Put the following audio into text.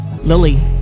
Lily